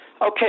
Okay